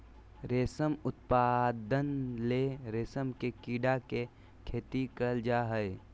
रेशम उत्पादन ले रेशम के कीड़ा के खेती करल जा हइ